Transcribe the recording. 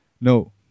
No